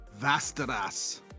Vastaras